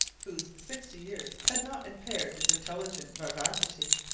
whose sixty years had not impaired his intelligent vivacity.